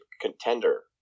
contender